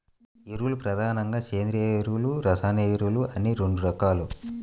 ఎరువులు ప్రధానంగా సేంద్రీయ ఎరువులు, రసాయన ఎరువులు అని రెండు రకాలు